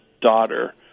daughter